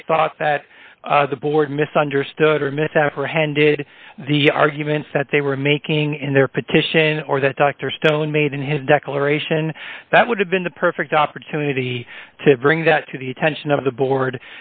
they thought that the board misunderstood or misapprehended the arguments that they were making in their petition or that dr stone made in his declaration that would have been the perfect opportunity to bring that to the attention of the board